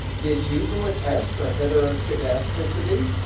did you do a test for heteroscedasticity?